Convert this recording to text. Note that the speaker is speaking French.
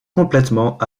complètement